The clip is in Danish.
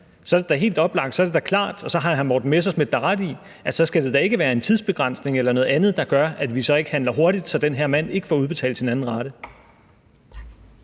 er det da helt oplagt, og så er det da klart, og så har hr. Morten Messerschmidt da ret i, at det ikke skal være en tidsbegrænsning eller noget andet, der gør, at vi ikke handler hurtigt og sikrer, at den her mand ikke får udbetalt sin anden rate.